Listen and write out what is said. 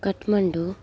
Kathmandu